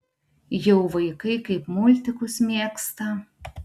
jau vaikai kaip multikus mėgsta